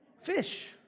fish